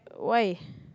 why